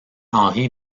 henri